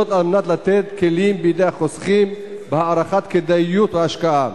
על מנת לתת כלים בידי החוסכים בהערכת כדאיות ההשקעה.